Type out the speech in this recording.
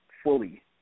Fully